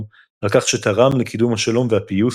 על כך ש"תרם לקידום השלום והפיוס,